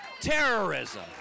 terrorism